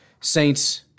Saints